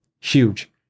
huge